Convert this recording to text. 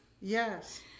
Yes